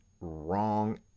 wrong